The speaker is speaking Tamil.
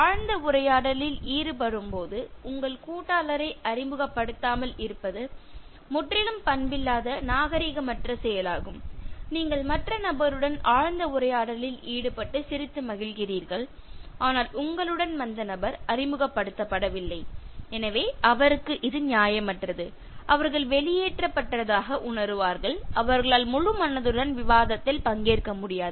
ஆழ்ந்த உரையாடலில் ஈடுபடும்போது உங்கள் கூட்டாளரை அறிமுகப்படுத்தாமல் இருப்பது முற்றிலும் பண்பில்லாத நாகரிகமற்ற செயலாகும் நீங்கள் மற்ற நபருடன் ஆழ்ந்த உரையாடலில் ஈடுபட்டு சிரித்து மகிழ்கிறீர்கள் ஆனால் உங்களுடன் வந்த நபர் அறிமுகப்படுத்தப்படவில்லை எனவே அவருக்கு இது நியாயமற்றது அவர்கள் வெளியேற்றப்பட்டதாக உணருவார்கள் அவர்களால் முழுமனதுடன் விவாதத்தில் பங்கேற்க முடியாது